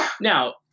Now